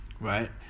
...right